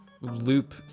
loop